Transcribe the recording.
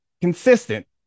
consistent